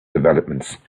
developments